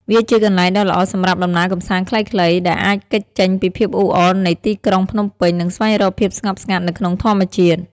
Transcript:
វាជាកន្លែងដ៏ល្អសម្រាប់ដំណើរកម្សាន្តខ្លីៗ ដែលអាចគេចចេញពីភាពអ៊ូអរនៃទីក្រុងភ្នំពេញ និងស្វែងរកភាពស្ងប់ស្ងាត់នៅក្នុងធម្មជាតិ។